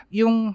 yung